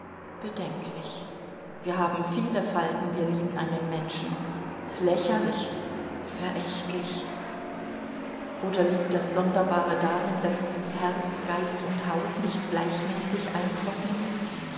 bedenklich wir haben viel falten wir lieben einen menschen lächerlich verächtlich oder liegt das sonderbare darin daß herz geist und haut nicht gleichmäßig eintrocknen